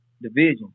division